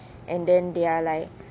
and then they are like